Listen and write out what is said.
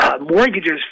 mortgages